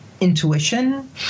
intuition